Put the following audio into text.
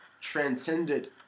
transcended